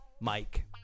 Mike